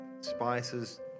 spices